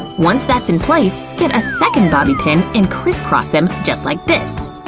once that's in place, get a second bobbie pin and criss cross them just like this.